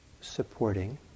supporting